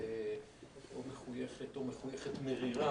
קצת לא מחויכת או מחויכת מרירה,